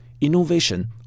innovation